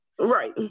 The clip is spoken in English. Right